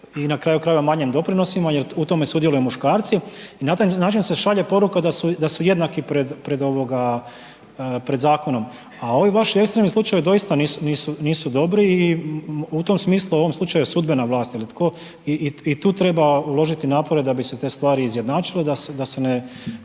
i na kraju krajeva manjim doprinosima jer u tome sudjeluju muškarci. I na taj način se šalje poruka da su jednaki pred zakonom. A ovi vaši ekstremni slučajevi doista nisu dobri i u tom smislu u ovom slučaju sudbena vlast ili tko i tu treba uložiti napore da bi se te stvari izjednačile da se ne